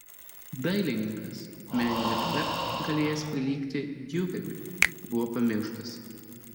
dailininkas menine galia galėjęs prilygti diureriui buvo pamirštas